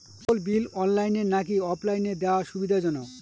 কেবল bill অনলাইনে নাকি অফলাইনে দেওয়া সুবিধাজনক?